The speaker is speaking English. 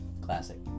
classic